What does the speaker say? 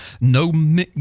no